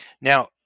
now